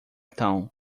tão